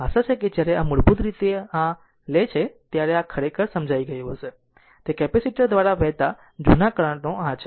આશા છે કે જ્યારે આ મૂળભૂત રીતે આ લે છે ત્યારે આ ખરેખર સમજાઈ ગયું હશે તે કેપેસિટર દ્વારા વહેતા જુના કરંટ નો આ છે